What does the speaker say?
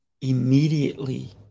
Immediately